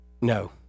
no